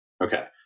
Okay